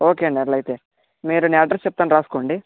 okay అండి అట్లయితే మీరు నేను అడ్రస్ చెప్తాను రాసుకోండి